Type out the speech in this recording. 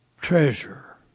treasure